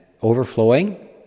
overflowing